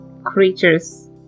Creatures